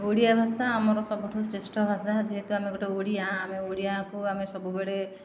ଓଡ଼ିଆ ଭାଷା ଆମର ସବୁଠୁ ଶ୍ରେଷ୍ଠ ଭାଷା ଯେହେତୁ ଆମେ ଗୋଟିଏ ଓଡ଼ିଆ ଆମେ ଓଡ଼ିଆକୁ ଆମେ ସବୁବେଳେ